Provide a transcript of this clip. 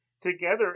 together